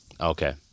Okay